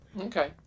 Okay